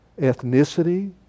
ethnicity